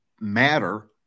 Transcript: matter